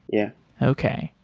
yeah okay,